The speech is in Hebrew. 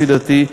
לפי דעתי,